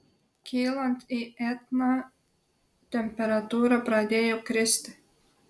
kylant į etną temperatūra pradėjo kristi